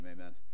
Amen